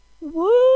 Woo